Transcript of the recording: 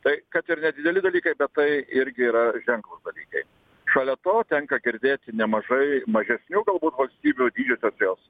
tai kad ir nedideli dalykai bet tai irgi yra ženklūs dalykai šalia to tenka girdėti nemažai mažesnių galbūt valstybių didžiosios jos